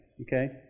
Okay